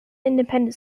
independent